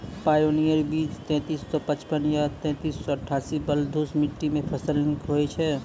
Pioneer बीज तेंतीस सौ पचपन या तेंतीस सौ अट्ठासी बलधुस मिट्टी मे फसल निक होई छै?